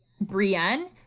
Brienne